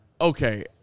okay